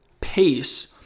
pace